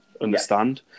understand